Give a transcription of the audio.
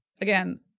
again